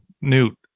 Newt